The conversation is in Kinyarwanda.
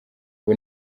ubu